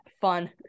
fun